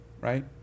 right